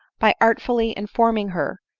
by artfully informing her,